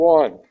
one